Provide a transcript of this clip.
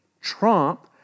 Trump